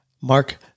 Mark